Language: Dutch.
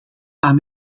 aan